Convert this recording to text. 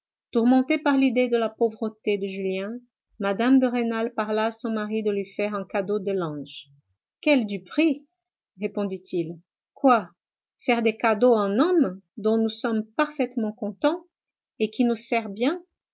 tourmentée par l'idée de la pauvreté de julien mme de rênal parla à son mari de lui faire un cadeau de linge quelle duperie répondit-il quoi faire des cadeaux à un homme dont nous sommes parfaitement contents et qui nous sert bien